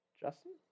Justin